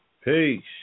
peace